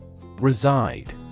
Reside